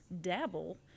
dabble